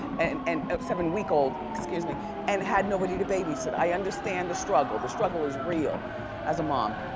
and and seven-week-old, excuse me and had nobody to babysit. i understand the struggle. the struggle is real as a mom.